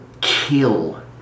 kill